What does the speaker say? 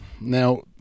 Now